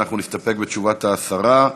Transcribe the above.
אנחנו נסתפק בתשובת השרה.